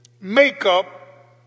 makeup